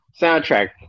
soundtrack